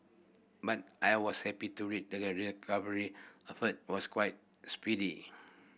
but I was happy to read that the recovery effort was quite speedy